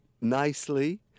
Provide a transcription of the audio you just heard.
nicely